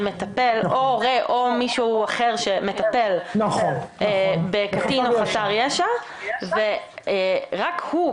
או הורה או מישהו אחר שמטפל בקטין או חסר ישע ורק הוא,